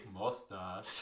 mustache